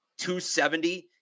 270